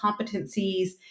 competencies